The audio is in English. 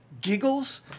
giggles